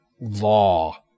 law